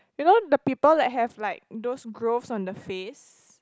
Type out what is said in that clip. you know the people that have like those growth on the face